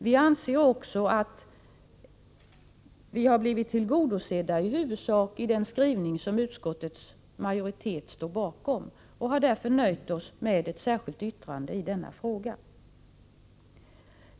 Vi anser också att våra krav i huvudsak har blivit tillgodosedda i den skrivning som utskottets majoritet står bakom, och vi har därför nöjt oss med ett särskilt yttrande i denna fråga.